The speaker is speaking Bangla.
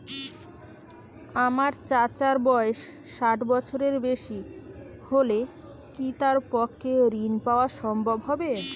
আমার চাচার বয়স ষাট বছরের বেশি হলে কি তার পক্ষে ঋণ পাওয়া সম্ভব হবে?